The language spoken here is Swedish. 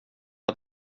att